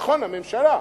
נכון, הממשלה,